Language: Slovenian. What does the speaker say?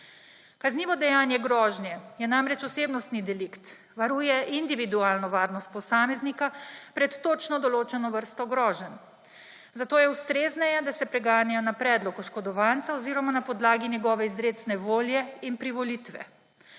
Kaznivo dejanje grožnje je namreč osebnostni delikt, varuje individualno varnost posameznika pred točno določeno vrsto groženj. Zato je ustrezneje, da se preganja na predlog oškodovanca oziroma na podlagi njegove izrecne volje in privolitve.